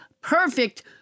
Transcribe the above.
perfect